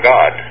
God